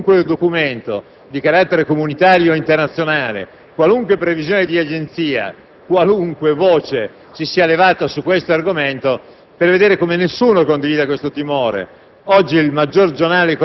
dovrebbe leggere qualunque documento di carattere comunitario o internazionale, qualunque previsione di agenzia o qualunque voce si sia levata su tale argomento per verificare che nessuno condivide tale timore.